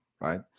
right